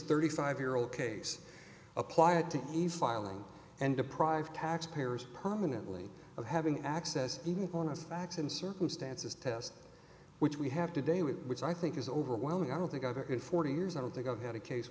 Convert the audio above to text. thirty five year old case apply it to e file and and deprive taxpayers permanently of having access even upon us facts and circumstances test which we have today which i think is overwhelming i don't think either in forty years i don't think i've had a case